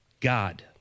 God